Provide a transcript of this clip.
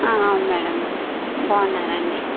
అవును మేడం బాగున్నారా అండి